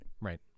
Right